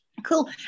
cool